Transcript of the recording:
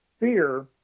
Fear